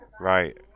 right